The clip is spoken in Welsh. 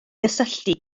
gysylltu